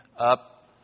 up